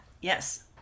Yes